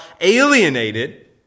alienated